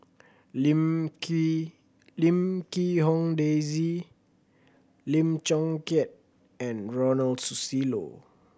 Lim Quee Lim Quee Hong Daisy Lim Chong Keat and Ronald Susilo